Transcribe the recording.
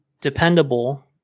dependable